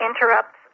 interrupts